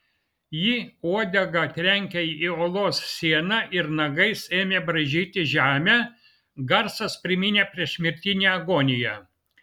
ji uodega trenkė į olos sieną ir nagais ėmė braižyti žemę garsas priminė priešmirtinę agoniją